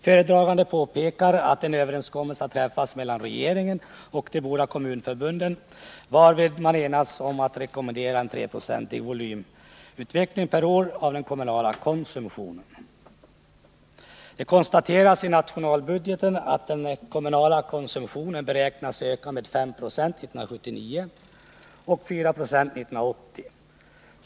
Föredraganden påpekar att en överenskommelse har träffats mellan regeringen och de båda kommunförbunden, varvid man enats om att rekommendera en 3-procentig volymutveckling per år av den kommunala konsumtionen. Det konstateras i nationalbudgeten att den kommunala konsumtionen beräknas öka med 5 96 år 1979 och med 4 26 år 1980.